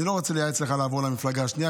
אני לא רוצה לייעץ לך לעבור למפלגה השנייה,